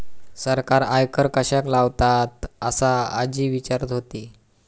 सरकार आयकर कश्याक लावतता? असा आजी विचारत होती